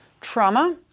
Trauma